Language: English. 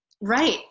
Right